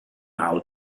how